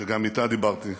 שגם איתה דיברתי: